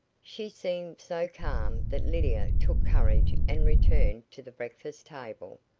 she seemed so calm that lydia took courage and returned to the breakfast-table,